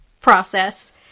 process